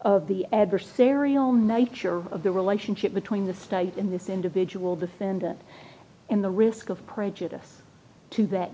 of the adversarial nature of the relationship between the state in this individual defendant in the risk of prejudice to that